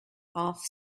off